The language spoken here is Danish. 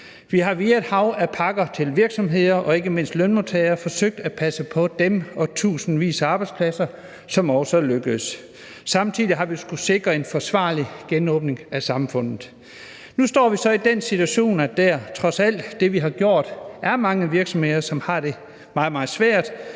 Vi har via et hav af hjælpepakker til virksomheder og ikke mindst lønmodtagere forsøgt at passe på dem og tusindvis af arbejdspladser, hvilket også er lykkedes. Samtidig har vi skullet sikre en forsvarlig genåbning af samfundet. Nu står vi så i den situation, at der trods alt det, vi har gjort, er mange virksomheder, som har det meget, meget